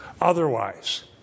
otherwise